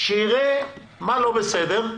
שיראה מה לא בסדר,